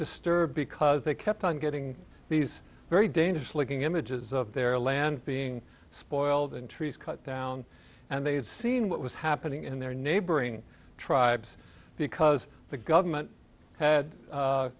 disturbed because they kept on getting these very dangerous looking images of their land being spoiled and trees cut down and they'd seen what was happening in their neighboring tribes because the government had